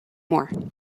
more